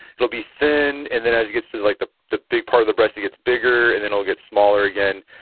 it'll be thin and then as it gets to like the the big part of the breast it gets bigger, and then it'll get smaller again.